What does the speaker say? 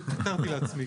אני